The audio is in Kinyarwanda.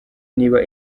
niba